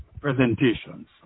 presentations